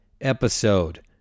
episode